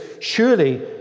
Surely